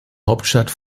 hauptstadt